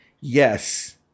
Yes